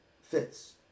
fits